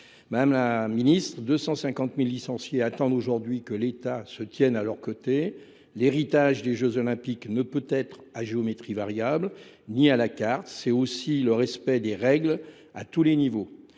Madame la ministre, 250 000 licenciés attendent aujourd’hui que l’État se tienne à leurs côtés. L’héritage des jeux Olympiques ne saurait être ni à géométrie variable ni à la carte. Cet héritage, c’est aussi le respect des règles, à tous les niveaux